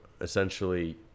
essentially